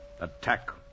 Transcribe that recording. Attack